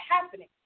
happening